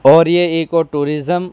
اور یہ eco tourism